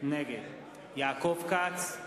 נגד יעקב כץ,